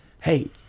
hey